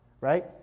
Right